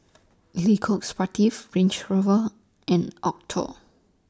Lily Coq Sportif Range Rover and Acuto